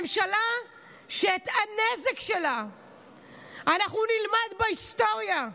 זו ממשלה שאת הנזק שלה אנחנו נלמד בהיסטוריה,